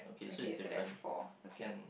okay so that's four okay